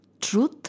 Truth